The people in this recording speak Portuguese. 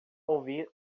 ouvir